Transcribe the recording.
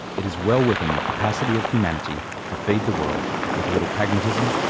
it is well within the capacity of humanity to feed the world with a little pragmatism,